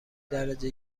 درجه